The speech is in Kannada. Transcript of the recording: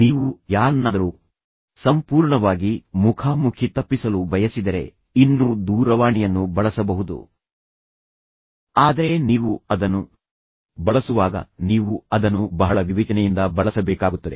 ನೀವು ಯಾರನ್ನಾದರೂ ಸಂಪೂರ್ಣವಾಗಿ ಮುಖಾಮುಖಿ ತಪ್ಪಿಸಲು ಬಯಸಿದರೆ ಇನ್ನೂ ದೂರವಾಣಿಯನ್ನು ಬಳಸಬಹುದು ಆದರೆ ನೀವು ಅದನ್ನು ಬಳಸುವಾಗ ನೀವು ಅದನ್ನು ಬಹಳ ವಿವೇಚನೆಯಿಂದ ಬಳಸಬೇಕಾಗುತ್ತದೆ